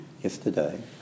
yesterday